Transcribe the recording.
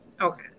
Okay